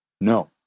no